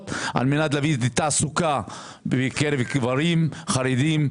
על מנת להביא תעסוקה בקרב גברים חרדים,